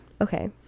Okay